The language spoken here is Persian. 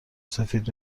سفید